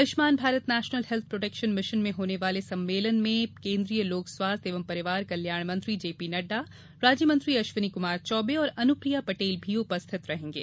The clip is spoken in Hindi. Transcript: Ayushman Bharat national health protection mission में होने वाले सम्मेलन में केन्द्रीय लोक स्वास्थ्य एवं परिवार कल्याण मंत्री जेपी नड़डा राज्य मंत्री अश्विनी कुमार चौबे और अनुप्रिया पटेल भी उपस्थित रहेंगे